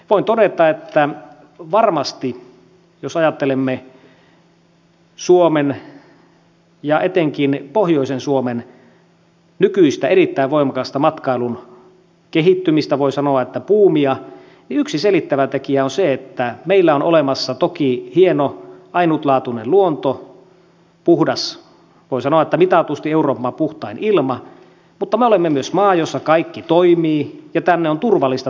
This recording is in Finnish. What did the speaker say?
voin todeta että jos ajattelemme suomen ja etenkin pohjoisen suomen nykyistä erittäin voimakasta matkailun kehittymistä voi sanoa että buumia varmasti yksi selittävä tekijä on se että meillä on olemassa toki hieno ainutlaatuinen luonto puhdas voi sanoa että mitatusti euroopan puhtain ilma mutta me olemme myös maa jossa kaikki toimii ja tänne on turvallista tulla